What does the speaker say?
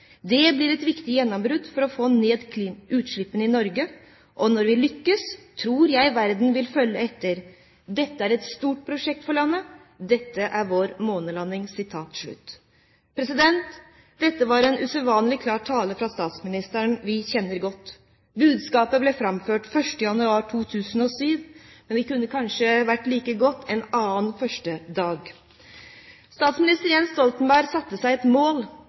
Det blir et viktig gjennombrudd for å få ned utslippene i Norge, og når vi lykkes tror jeg verden vil følge etter. Dette er et stort prosjekt for landet. Det er vår månelanding.» Dette var en usedvanlig klar tale fra en statsminister vi kjenner godt. Budskapet ble framført 1. januar 2007, men det kunne kanskje like godt vært holdt første dag i en annen måned. Statsminister Jens Stoltenberg satte seg et mål,